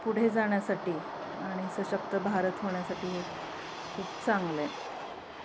पुढे जाण्यासाठी आणि सशक्त भारत होण्यासाठी हे खूप चांगलं आहे